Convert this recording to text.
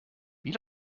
wie